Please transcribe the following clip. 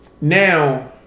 Now